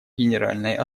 генеральной